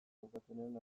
daukatenen